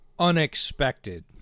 unexpected